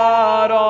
God